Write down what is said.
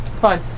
Fine